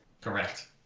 Correct